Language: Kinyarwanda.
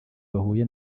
bahuye